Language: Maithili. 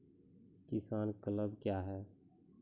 किसान क्लब क्या हैं?